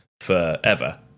forever